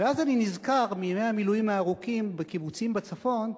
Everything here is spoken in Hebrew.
ואז אני נזכר בימי המילואים הארוכים בקיבוצים בצפון: